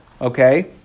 okay